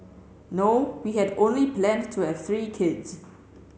no we had only planned to have three kids